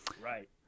Right